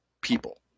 people